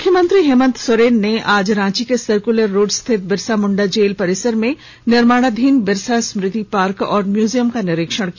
मुख्यमंत्री हेमंत सोरेन ने आज रांची के सर्कुलर रोड स्थित बिरसा मुंडा जेल परिसर में निर्माणाधीन बिरसा स्मृति पार्क और म्यूजियम का निरीक्षण किया